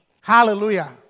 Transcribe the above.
Hallelujah